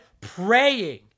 praying